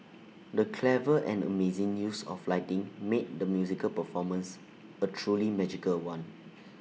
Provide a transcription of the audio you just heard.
the clever and amazing use of lighting made the musical performance A truly magical one